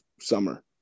summer